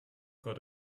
got